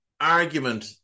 Argument